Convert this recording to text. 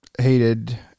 hated